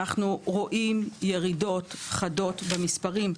אנחנו רואים ירידות חדות במספרים.